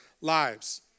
lives